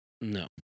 No